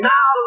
Now